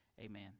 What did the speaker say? amen